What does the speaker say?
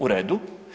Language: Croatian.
U redu.